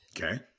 Okay